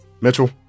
Mitchell